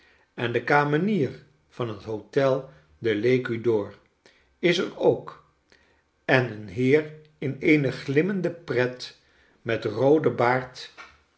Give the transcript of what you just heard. en de kamenier van het hotel de l'ecu d'or is er ook en een heer in eene glimmende pret met rooden baard